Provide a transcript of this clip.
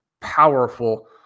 powerful